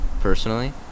personally